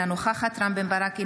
אינה נוכחת רם בן ברק,